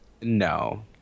No